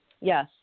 yes